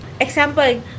Example